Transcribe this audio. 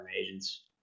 agents